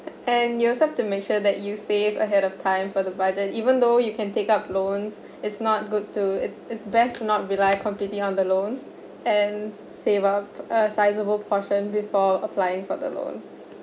and you also have to make sure that you save ahead of time for the budget even though you can take up loans it's not good to it's it's best not rely completely on the loans and save up a sizable portion before applying for the loan